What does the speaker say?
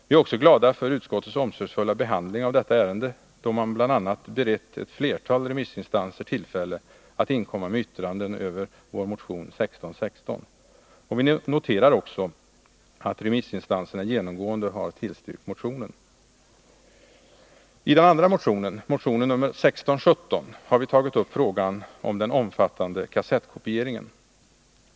Vi är också glada för utskottets omsorgsfulla behandling av detta ärende, då man bl.a. berett ett flertal remissinstanser tillfälle att inkomma med yttranden över motionen 1616. Vi noterar också att remissinstanserna genomgående har tillstyrkt motionen. I motionen 1617 har vi tagit upp frågan om den omfattande kassettkopieringen.